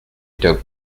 took